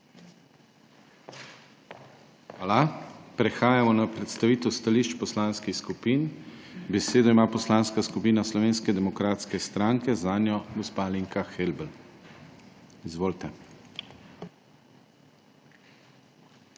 lepa. Prehajamo na predstavitev stališč poslanskih skupin. Besedo ima Poslanska skupina Slovenske demokratske stranke. Kolega Janez Magyar, izvolite.